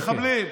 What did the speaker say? למחבלים.